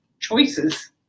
choices